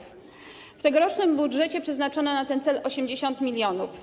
W tegorocznym budżecie przeznaczono na ten cel 80 mln.